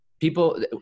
people